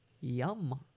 Yum